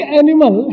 animal